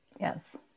yes